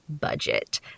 budget